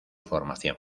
formación